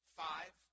five